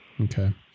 okay